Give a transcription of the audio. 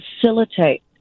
facilitate